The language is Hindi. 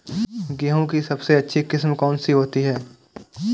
गेहूँ की सबसे अच्छी किश्त कौन सी होती है?